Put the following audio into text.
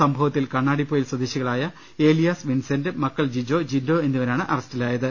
സംഭവത്തിൽ കണ്ണാടിപൊയിൽ സ്വദേശിക ളായ ഏലിയാസ് വിൻസന്റ് മക്കൾ ജിജോ ജിന്റോ എന്നിവരാണ് അറസ്റ്റിലായത്